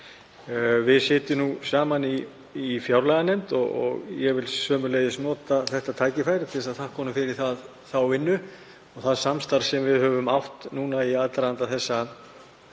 Við sitjum saman í fjárlaganefnd og ég vil sömuleiðis nota þetta tækifæri til að þakka honum fyrir þá vinnu og það samstarf sem við höfum átt í aðdraganda þessara